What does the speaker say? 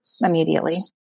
immediately